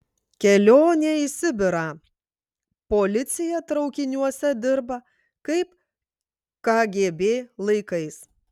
kelionė į sibirą policija traukiniuose dirba kaip kgb laikais